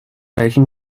welchem